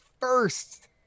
first